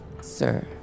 Sir